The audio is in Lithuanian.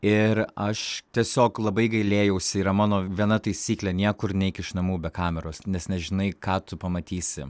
ir aš tiesiog labai gailėjausi yra mano viena taisyklė niekur neik iš namų be kameros nes nežinai ką tu pamatysi